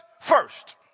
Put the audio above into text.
first